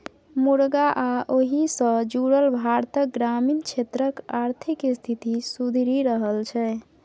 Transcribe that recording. मुरगा आ ओहि सँ जुरल भारतक ग्रामीण क्षेत्रक आर्थिक स्थिति सुधरि रहल छै